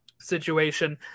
situation